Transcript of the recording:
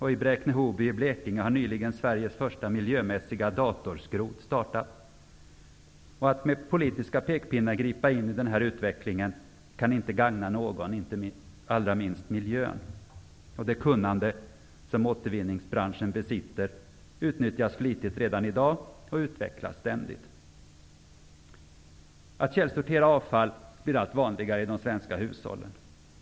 I Bräkne-Hoby i Blekinge har nyligen Sveriges första miljövänliga datorskrot startat. Att man med politiska pekpinnar griper in i denna utveckling kan inte gagna någon, allra minst miljön. Det kunnande som återvinningsbranschen besitter utnyttjas flitigt redan i dag och utvecklas ständigt. Källsortering av avfall blir allt vanligare i de svenska hushållen.